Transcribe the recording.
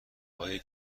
های